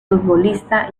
futbolista